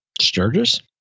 Sturgis